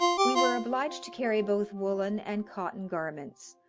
we were obliged to carry both woolen and cotton garments,